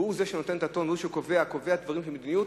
והוא שנותן את הטון והוא קובע דברים של מדיניות,